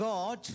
God